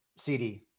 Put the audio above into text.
CD